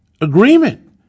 agreement